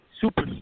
Super